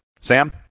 Sam